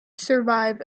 survive